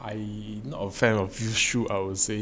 I not a fan of used shoe I would say